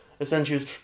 essentially